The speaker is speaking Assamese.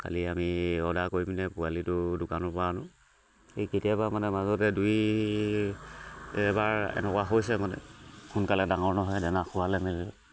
খালি আমি অৰ্ডাৰ কৰি পিনে পোৱালিটো দোকানৰ পৰা আনো এই কেতিয়াবা মানে মাজতে দুই এবাৰ এনেকুৱা হৈছে মানে সোনকালে ডাঙৰ নহয় দানা খুৱালে মেলিলে